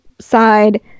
side